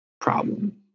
problem